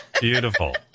beautiful